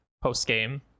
post-game